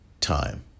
time